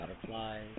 butterflies